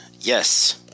yes